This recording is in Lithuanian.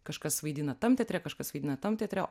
kažkas vaidina tam teatre kažkas vaidina tam teatre